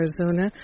Arizona